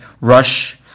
rush